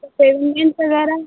payment वग़ैरह